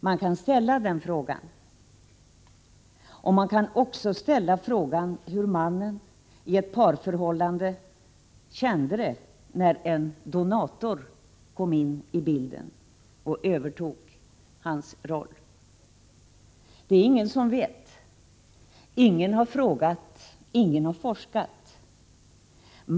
Man kan ställa den frågan, och man kan också ställa frågan hur mannen i ett parförhållande kände det när en donator kom med i bilden och övertog hans roll. Det är ingen som vet detta. Ingen har frågat, ingen har forskat.